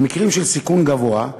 במקרים של סיכון גבוה,